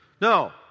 No